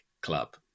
club